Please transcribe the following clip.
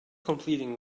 completing